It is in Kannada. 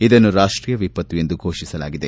ಇದನ್ನು ರಾಷ್ಟೀಯ ವಿಪತ್ತು ಎಂದು ಘೋಷಿಸಲಾಗಿದೆ